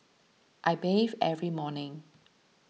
I bathe every morning